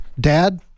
Dad